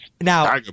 Now